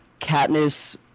Katniss